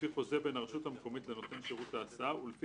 לפי חוזה בין הרשות המקומית לנותן שירות ההסעה ולפי